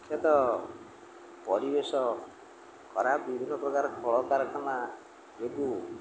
ସେ ତ ପରିବେଶ ଖରାପ ବିଭିନ୍ନ ପ୍ରକାର କଳକାରଖାନା ଯୋଗୁଁ